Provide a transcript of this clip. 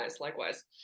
likewise